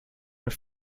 were